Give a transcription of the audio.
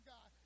God